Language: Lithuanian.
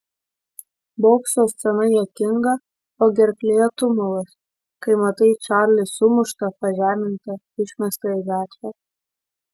bokso scena juokinga o gerklėje tumulas kai matai čarlį sumuštą pažemintą išmestą į gatvę